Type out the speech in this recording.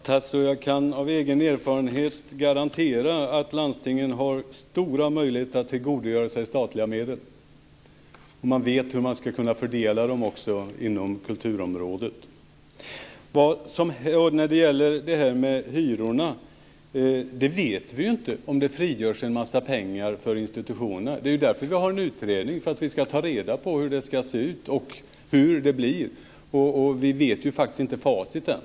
Herr talman! Jag kan av egen erfarenhet garantera att landstingen har stora möjligheter att tillgodogöra sig statliga medel. De vet också hur de ska fördela dem inom kulturområdet. När det gäller detta med hyrorna vet vi ju inte om det frigörs en massa pengar för institutionerna. Det är därför som det har tillsatts en utredning, för att man ska ta reda på hur det ska se ut. Vi vet ju faktiskt inte facit än.